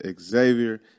xavier